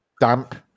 damp